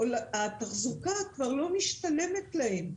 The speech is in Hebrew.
התחזוקה כבר לא משתלמת להן.